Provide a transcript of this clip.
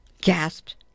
gasped